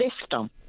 system